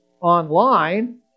online